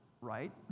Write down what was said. right